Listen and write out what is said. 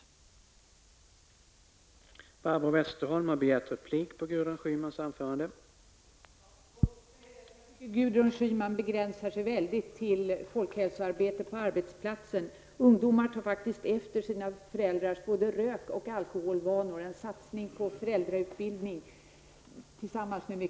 Vi står naturligtvis bakom även de reservationer som vi inte yrkar bifall till.